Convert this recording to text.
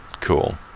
Cool